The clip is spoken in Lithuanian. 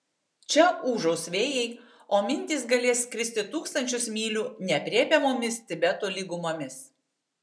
čia ūžaus vėjai o mintys galės skristi tūkstančius mylių neaprėpiamomis tibeto lygumomis